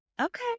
Okay